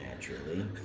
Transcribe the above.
Naturally